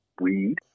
weed